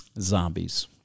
Zombies